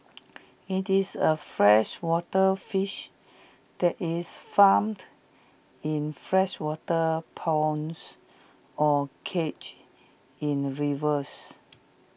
IT is A freshwater fish that is farmed in freshwater ponds or cages in rivers